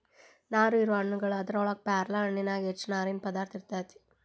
ನಾರು ಇರುವ ಹಣ್ಣುಗಳು ಅದರೊಳಗ ಪೇರಲ ಹಣ್ಣಿನ್ಯಾಗ ಹೆಚ್ಚ ನಾರಿನ ಪದಾರ್ಥ ಇರತೆತಿ